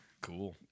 Cool